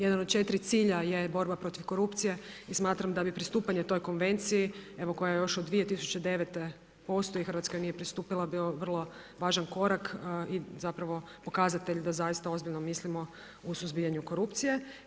Jedan od 4 cilja je borba protiv korupcije i smatram da bi pristupanje toj konvenciji koja još od 2009. postoji, Hrvatska nije pristupila, bila vrlo važan korak i zapravo pokazatelj da zaista ozbiljno mislimo u suzbijanju korupcije.